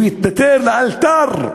שהוא יתפטר לאלתר,